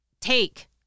take